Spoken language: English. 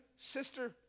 sister